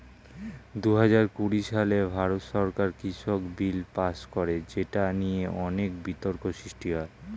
দুহাজার কুড়ি সালে ভারত সরকার কৃষক বিল পাস করে যেটা নিয়ে অনেক বিতর্ক সৃষ্টি হয়